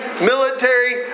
military